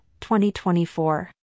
2024